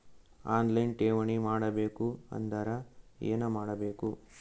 On line ಠೇವಣಿ ಮಾಡಬೇಕು ಅಂದರ ಏನ ಮಾಡಬೇಕು?